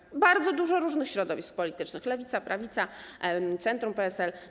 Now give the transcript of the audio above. Widzi ją bardzo dużo różnych środowisk politycznych: lewica, prawica, centrum, PSL.